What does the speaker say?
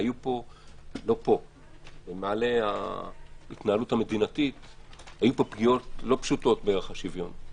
היו במעלה ההתנהלות המדינתית פגיעות לא פשוטות בערך השוויון.